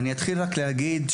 אני אתחיל רק להגיד,